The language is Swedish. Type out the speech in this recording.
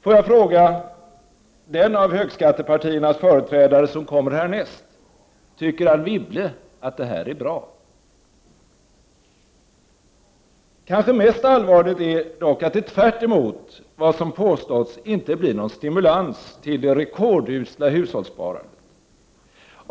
Får jag fråga den av högskattepartiernas företrädare som kommer härnäst: Tycker Anne Wibble att det här är bra? Kanske mest allvarligt är dock att det tvärtemot vad som påståtts inte blir någon stimulans till det rekordusla hushållssparandet.